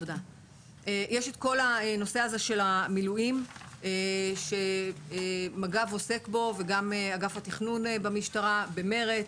כל הנושא הזה של המילואים שמג"ב ואגף התכנון במשטרה עוסקים בו במרץ.